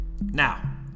now